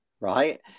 Right